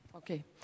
Okay